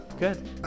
Good